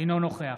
אינו נוכח